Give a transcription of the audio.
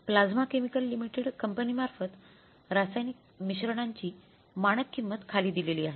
plasma chemicals limited company मार्फत रासायनिक मिश्रणाची मानक किंमत खाली दिलेली आहे